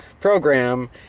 program